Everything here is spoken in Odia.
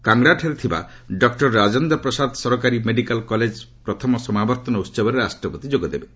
କାଙ୍ଗରାଠାରେ ଥିବା ଡକୁର ରାଜେନ୍ଦ୍ର ପ୍ରସାଦ ସରକାରୀ ମେଡିକାଲ୍ କଲେଜର ପ୍ରଥମ ସମାବର୍ତ୍ତନ ଉହବରେ ରାଷ୍ଟ୍ରପତି ଯୋଗ ଦେବେ